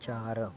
चार